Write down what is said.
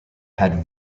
had